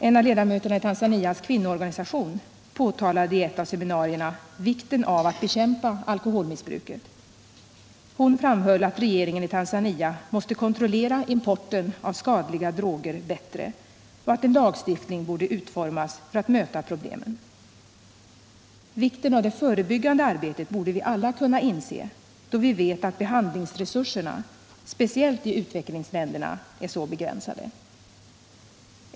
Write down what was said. En av ledamöterna i Tanzanias kvinnoorganisation påtalade i ett av seminarierna vikten av att bekämpa alkoholmissbruket. Hon framhöll att regeringen i Tanzania bättre måste kontrollera importen av skadliga droger och att en lagstiftning borde utformas för att möta problemen. Vikten av det förebyggande arbetet borde vi alla kunna inse, då vi vet att behandlingsresurserna speciellt i utvecklingsländerna är så begränsade.